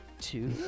two